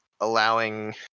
allowing